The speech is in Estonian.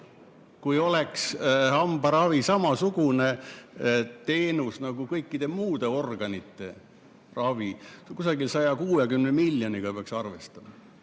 kui hambaravi oleks samasugune teenus nagu kõikide muude organite ravi, siis kusagil 160 miljoniga peaks arvestama.